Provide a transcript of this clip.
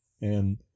And